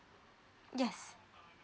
yes